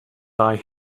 thy